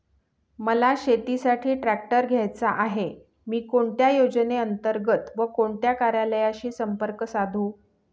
मला शेतीसाठी ट्रॅक्टर घ्यायचा आहे, मी कोणत्या योजने अंतर्गत व कोणत्या कार्यालयाशी संपर्क साधू?